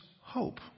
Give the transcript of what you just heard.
hope